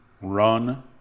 Run